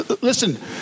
Listen